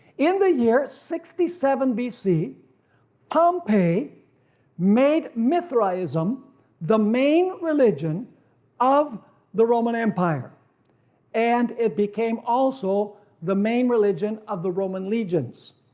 in the year sixty seven bc um pompeii made mithraism the main religion of the roman empire and it became also the main religion of the roman legions.